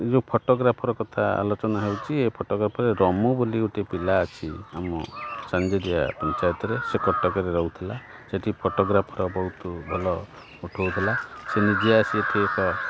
ଯେଉଁ ଫଟୋଗ୍ରାଫର କଥା ଆଲୋଚନା ହେଉଛି ଏ ଫଟୋଗ୍ରାଫରରେ ରମୁ ବୋଲି ଗୋଟିଏ ପିଲା ଅଛି ଆମ ଚାଞ୍ଜରିଆ ପଞ୍ଚାୟତରେ ସେ କଟକରେ ରହୁଥିଲା ସେଇଠି ଫଟୋଗ୍ରାଫର ବହୁତ ଭଲ ଉଠଉଥିଲା ସେ ନିଜେ ଆସି ଏଇଠି ଏକ